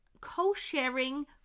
co-sharing